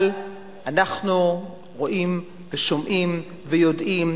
אבל אנחנו רואים ושומעים ויודעים,